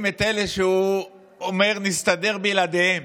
את אלה שהוא אומר שנסתדר בלעדיהם.